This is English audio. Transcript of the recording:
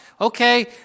okay